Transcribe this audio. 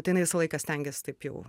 tai visą laiką stengiasi taip jau